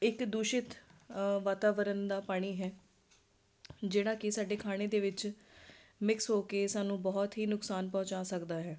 ਇੱਕ ਦੂਸ਼ਿਤ ਵਾਤਾਵਰਣ ਦਾ ਪਾਣੀ ਹੈ ਜਿਹੜਾ ਕਿ ਸਾਡੇ ਖਾਣੇ ਦੇ ਵਿੱਚ ਮਿਕਸ ਹੋ ਕੇ ਸਾਨੂੰ ਬਹੁਤ ਹੀ ਨੁਕਸਾਨ ਪਹੁੰਚਾ ਸਕਦਾ ਹੈ